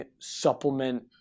supplement –